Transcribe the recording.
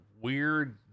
weird